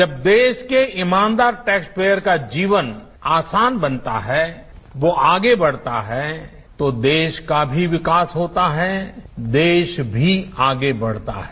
जब देश के ईमानदार टैक्स पेयर का जीवन आसान बनता है वो आगे बढ़ता है तो देश का भी विकास होता है देश भी आगे बढ़ता है